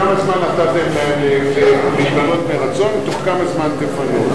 כמה זמן נתתם להם להתפנות מרצון ותוך כמה זמן תפנו אותם.